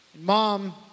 Mom